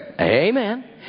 Amen